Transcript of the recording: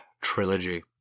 trilogy